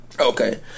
Okay